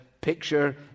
picture